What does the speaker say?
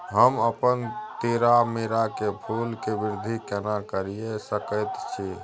हम अपन तीरामीरा के फूल के वृद्धि केना करिये सकेत छी?